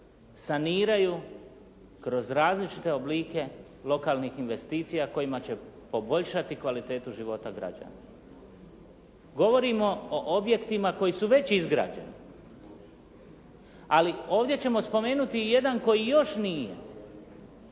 saniraju kroz različite oblike lokalnih investicija kojima će poboljšati kvalitetu života građana. Govorimo o objektima koji su već izgrađeni, ali ovdje ćemo spomenuti i jedan koji još nije.